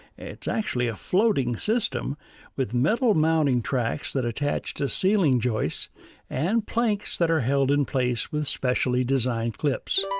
it's actually a floating system with metal mounting tracks that attach to ceiling joists and planks that are held in place with specially designed clips.